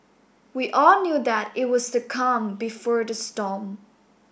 we all knew that it was the calm before the storm